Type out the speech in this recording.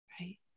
right